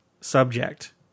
subject